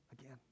again